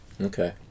Okay